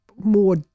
more